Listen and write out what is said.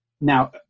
now